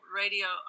radio